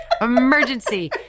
emergency